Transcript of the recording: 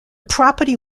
property